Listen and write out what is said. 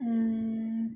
mm